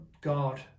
God